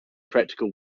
practical